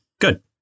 good